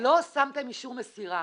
לא שמתם אישור מסירה.